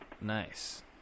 Nice